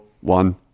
one